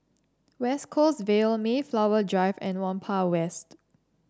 West Coast Vale Mayflower Drive and Whampoa West